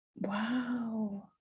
wow